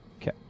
Okay